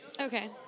Okay